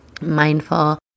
mindful